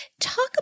Talk